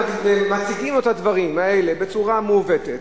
ומציגים לו את הדברים האלה בצורה מעוותת,